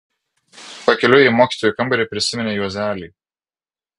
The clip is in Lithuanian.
pakeliui į mokytojų kambarį prisiminė juozelį